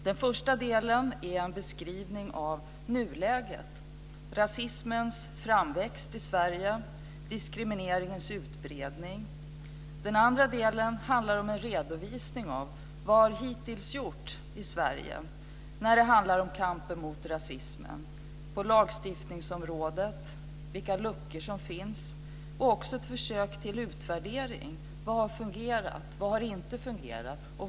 Den första delen är en beskrivning av nuläget, rasismens framväxt i Sverige, diskrimineringens utbredning. Den andra delen handlar om en redovisning av vad hittills har gjorts i Sverige när det handlar om kampen mot rasismen på lagstiftningsområdet, vilka luckor som finns, och också försök till utvärdering: Vad har fungerat? Vad har inte fungerat?